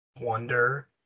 wonder